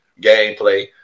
gameplay